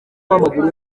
w’amaguru